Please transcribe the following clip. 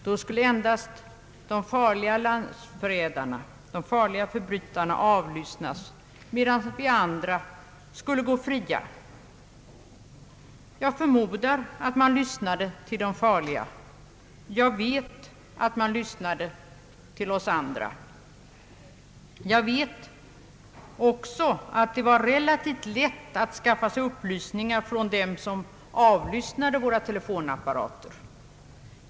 Då skulle också endast de farliga landsförrädarna och de farliga förbrytarna avlyssnas, under det att vi andra skulle gå fria. Jag förmodar att man lyssnade till de farliga — jag vet att man lyssnade till oss andra. Jag vet också att det var relativt lätt att skaffa sig upplysningar från dem som avlyssnade våra telefonapparater.